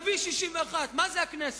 נביא 61, מה זה הכנסת?